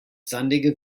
sandige